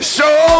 Show